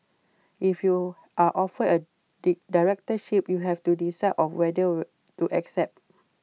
if you are offered A directorship you have to decide of whether would to accept